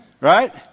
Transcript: Right